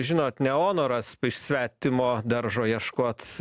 žinot ne onoras iš svetimo daržo ieškot